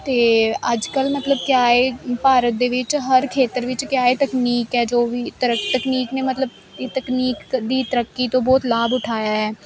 ਅਤੇ ਅੱਜ ਕੱਲ੍ਹ ਮਤਲਬ ਕਿਆ ਏ ਭਾਰਤ ਦੇ ਵਿੱਚ ਹਰ ਖੇਤਰ ਵਿੱਚ ਕਿਆ ਏ ਤਕਨੀਕ ਹੈ ਜੋ ਵੀ ਤਰੱਕ ਤਕਨੀਕ ਨੇ ਮਤਲਬ ਤਕਨੀਕ ਦੀ ਤਰੱਕੀ ਤੋਂ ਬਹੁਤ ਲਾਭ ਉਠਾਇਆ ਹੈ